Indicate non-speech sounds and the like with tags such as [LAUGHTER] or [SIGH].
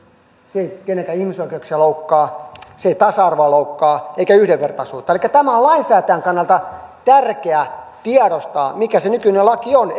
se ei kenenkään ihmisoikeuksia loukkaa se ei tasa arvoa loukkaa eikä yhdenvertaisuutta elikkä tämä on lainsäätäjän kannalta tärkeä tiedostaa mikä se nykyinen laki on [UNINTELLIGIBLE]